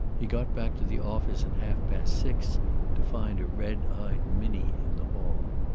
he got back to the office at half past six to find a red-eyed minnie in the hall.